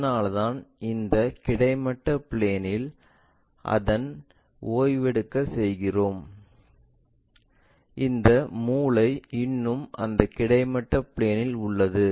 அதனால்தான் இந்த கிடைமட்ட பிளேன்இல் அதை ஓய்வெடுக்க செய்தோம் இந்த மூலை இன்னும் அந்த கிடைமட்ட பிளேன்இல் உள்ளது